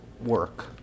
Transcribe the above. Work